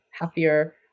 happier